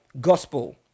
gospel